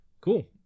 cool